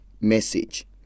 message